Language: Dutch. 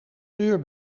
deur